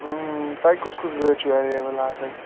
تۄہہِ کُس کُس گٲڑۍ چھو اٮ۪وٮ۪لیبٕل آز اَتہِ